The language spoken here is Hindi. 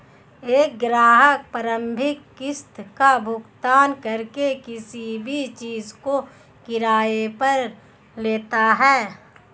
एक ग्राहक प्रारंभिक किस्त का भुगतान करके किसी भी चीज़ को किराये पर लेता है